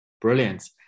Brilliant